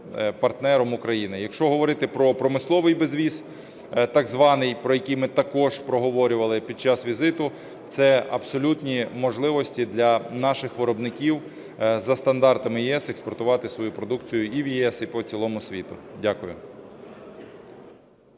партнером України. Якщо говорити про промисловий безвіз так званий, про який ми також проговорювали під час візиту, це абсолютні можливості для наших виробників за стандартами ЄС експортувати свою продукцію і в ЄС, і по цілому світу. Дякую.